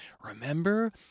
remember